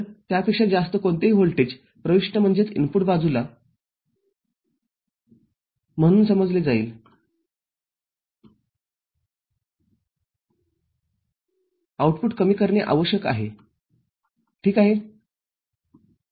तर त्यापेक्षा जास्त कोणतेही व्होल्टेज प्रविष्ट बाजूला म्हणून समजले जाईल आउटपुट कमी करणे आवश्यक आहे ठीक आहे